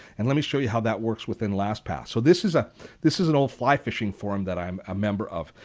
and let me show you how that works within lastpass. so this is ah this is an old fly fishing forum that i am a member of.